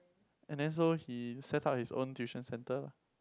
and then so he set up his own tuition centre